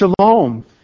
shalom